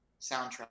soundtrack